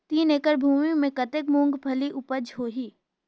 तीन एकड़ भूमि मे कतेक मुंगफली उपज होही?